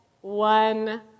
one